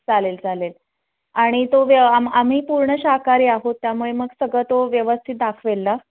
चालेल चालेल आणि तो व्य आम आम्ही पूर्ण शाकाहारी आहोत त्यामुळे मग सगळं तो व्यवस्थित दाखवेल ना